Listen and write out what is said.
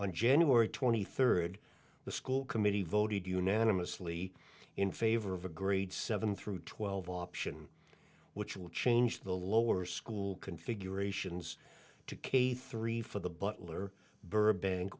on january twenty third the school committee voted unanimously in favor of a grade seven through twelve option which will change the lower school configurations to k three for the butler burbank